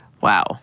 Wow